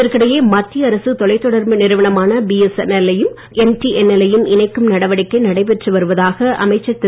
இதற்கிடையே மத்திய அரசு தொலைதொடர்பு நிறுவனமான பிஎஸ்என்எல்லையும் எம்டிஎன்எல்லையும் இணைக்கும் நடவடிக்கை நடைபெற்று வருவதாக அமைச்சர் திரு